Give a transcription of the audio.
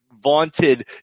vaunted